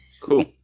cool